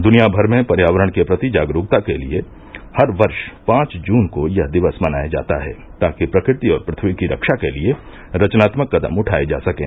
दुनियाभर में पर्यावरण के प्रति जागरूकता के लिए हर वर्ष पांच जून को यह दिवस मनाया जाता है ताकि प्रकृति और पृथ्वी की रक्षा के लिए रचनात्मक कदम उठाए जा सकें